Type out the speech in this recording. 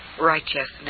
righteousness